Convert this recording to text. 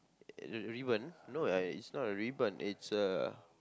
uh ribbon no ah it's not a ribbon it's a